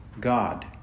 God